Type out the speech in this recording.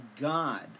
God